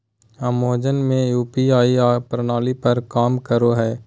Amazon पे UPI प्रणाली पर काम करो हय